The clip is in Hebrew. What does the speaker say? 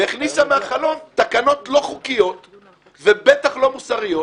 והכניסה מהחלון תקנות לא חוקיות ובטח לא מוסריות,